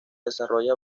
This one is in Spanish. desarrolla